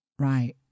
Right